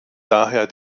daher